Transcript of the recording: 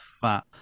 Fat